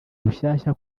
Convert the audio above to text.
rushyashya